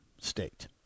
State